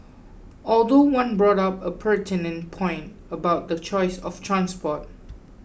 although one brought up a pertinent point about the choice of transport